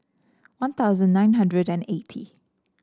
One Thousand nine hundred and eighty